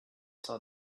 saw